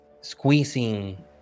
squeezing